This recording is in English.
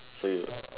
so you